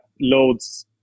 loads